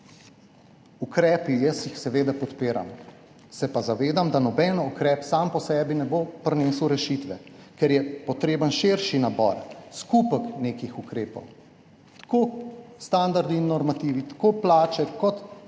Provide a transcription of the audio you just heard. Ukrepe seveda podpiram, se pa zavedam, da noben ukrep sam po sebi ne bo prinesel rešitve, ker je potreben širši nabor, skupek nekih ukrepov, tako standardi in normativi, plače in